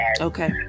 Okay